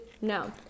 no